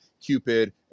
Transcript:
Cupid